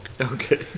Okay